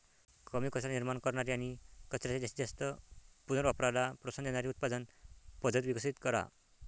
कमी कचरा निर्माण करणारी आणि कचऱ्याच्या जास्तीत जास्त पुनर्वापराला प्रोत्साहन देणारी उत्पादन पद्धत विकसित करा